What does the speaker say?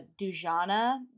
Dujana